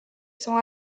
sont